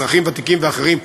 אזרחים ותיקים ואחרים,